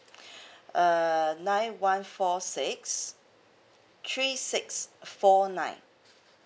err nine one four six three six four nine